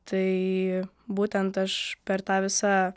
tai būtent aš per tą visą